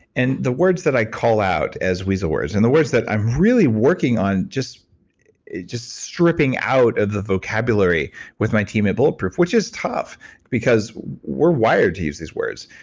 and the words that i call out as weasel words and the words that i'm really working on just just stripping out of the vocabulary with my team at bulletproof which is tough because we're wired to use these words,